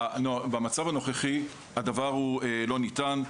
אבל במצב הנוכחי הדבר הזה לא ניתן.